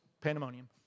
pandemonium